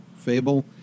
Fable